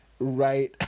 Right